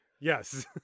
Yes